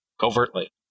covertly